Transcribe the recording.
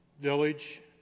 Village